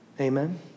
Amen